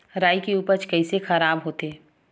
रुई के उपज कइसे खराब होथे?